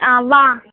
వా